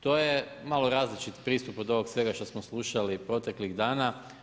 To je malo različit pristup od ovog svega što smo slušali proteklih dana.